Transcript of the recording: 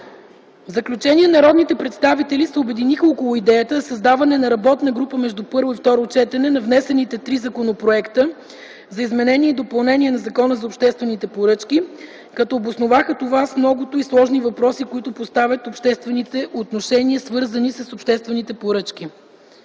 В заключение народните представители се обединиха около идеята за създаване на работна група между първо и второ четене на внесените три законопроекта за изменение и допълнение на Закона за обществените поръчки, като обосноваха това с многото и сложни въпроси, които поставят обществените отношения, свързани с обществените поръчки.